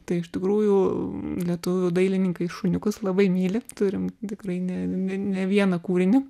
tai iš tikrųjų lietuvių dailininkai šuniukus labai myli turim tikrai ne ne ne vieną kūrinį